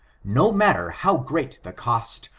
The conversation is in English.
no matter how great the cost,